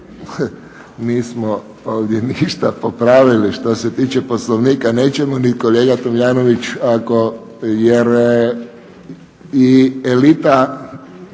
nismo ovdje ništa popravili što se tiče Poslovnika, nećemo ni kolega Tomljanović ako jer i elita